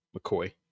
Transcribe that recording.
McCoy